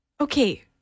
Okay